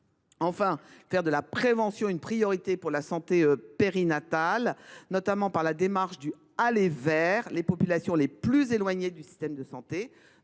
voulons faire de la prévention une priorité pour la santé périnatale, notamment par la démarche du « aller vers » les populations les plus éloignées du système de santé,